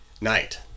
Night